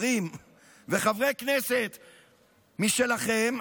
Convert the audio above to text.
שרים וחברי הכנסת משלכם: